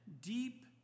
deep